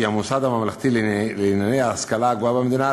שהיא המוסד הממלכתי לענייני ההשכלה הגבוהה במדינה,